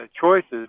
choices